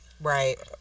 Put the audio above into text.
Right